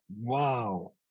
wow